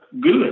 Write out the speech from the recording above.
good